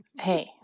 Hey